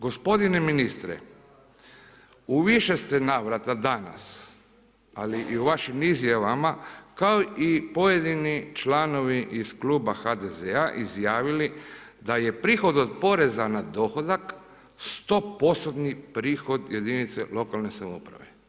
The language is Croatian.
Gospodine ministre u više ste navrata danas ali i u vašim izmjenama kao i pojedini članovi iz Kluba HDZ-a izjavili da je prihod od poreza na dohodak stopostotni prihod jedinice lokalne samouprave.